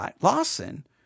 Lawson